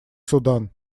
судан